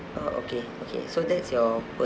oh okay okay so that's your personal